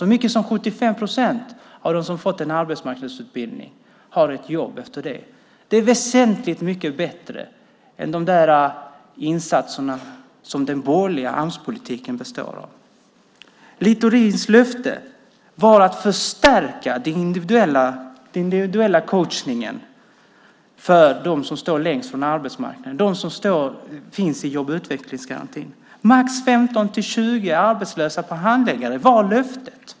Så många som 75 procent av dem som har genomgått en arbetsmarknadsutbildning får jobb efter det. Det är väsentligt mycket bättre än de insatser som den borgerliga Amspolitiken består av. Littorins löfte var att förstärka den individuella coachningen för dem som står längst från arbetsmarknaden, dem som finns i jobb och utvecklingsgarantin. Max 15-20 arbetslösa per handläggare var löftet.